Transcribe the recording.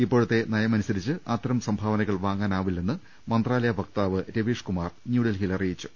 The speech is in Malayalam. ഇപ്പോഴത്തെ നയമനുസരിച്ച് അത്തരം സംഭാവന കൾ വാങ്ങാനാവില്ലെന്ന് മന്ത്രാലയ വക്താവ് രവീഷ് കുമാർ ന്യൂഡൽഹിയിൽ അറിയിച്ചു